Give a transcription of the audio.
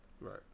Right